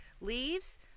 leaves